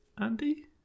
Andy